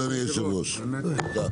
הישיבה ננעלה